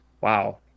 wow